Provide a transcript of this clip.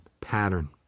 pattern